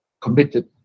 committed